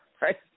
right